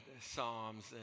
psalms